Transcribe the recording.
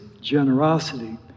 generosity